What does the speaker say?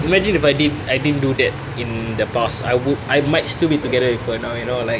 imagine if I did I didn't do that in the past I would I might still be together with her now you know like